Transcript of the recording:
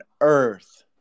earth